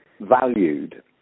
valued